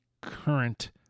current